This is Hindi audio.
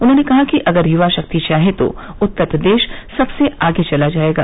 उन्होंने कहा कि अगर युवा शक्ति चाहे तो उत्तर प्रदेश सबसे आगे चला जायेगा